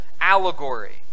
allegory